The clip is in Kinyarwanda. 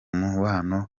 mubano